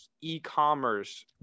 e-commerce